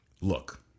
Look